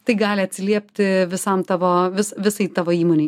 tai gali atsiliepti visam tavo vis visai tavo įmonei